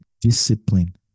discipline